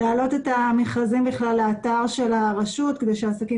להעלות את המכרזים לאתר של הרשות כדי שהעסקים